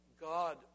God